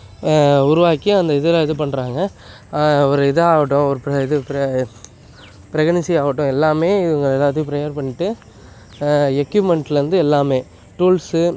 உருவாக்கி அந்த இதில் இது பண்ணுறாங்க ஒரு இதாகட்டும் ஒரு ப்ர இது ப்ர ப்ரகனன்சி ஆகட்டும் எல்லாமே இவங்க எல்லாத்தையும் ப்ரயர் பண்ணிவிட்டு எக்யூப்மெண்ட்லேர்ந்து எல்லாமே டூல்ஸு